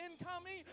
incoming